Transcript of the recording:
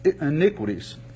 iniquities